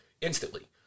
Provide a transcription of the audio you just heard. instantly